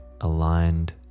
aligned